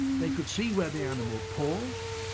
they could see where the animal paused,